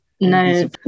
No